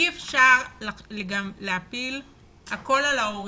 אי אפשר להפיל הכול על ההורים.